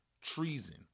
treason